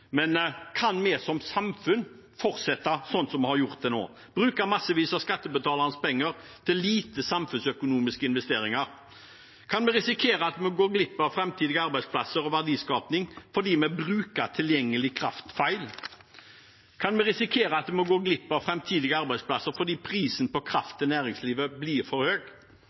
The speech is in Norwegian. Men kan vi som samfunn fortsette sånn som vi har gjort til nå – bruke massevis av skattebetalernes penger til lite samfunnsøkonomiske investeringer? Kan vi risikere at vi går glipp av framtidige arbeidsplasser og verdiskaping fordi vi bruker tilgjengelig kraft feil? Kan vi risikere at vi må gå glipp av framtidige arbeidsplasser fordi prisen på kraft til næringslivet blir for høy?